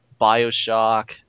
Bioshock